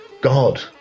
God